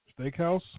Steakhouse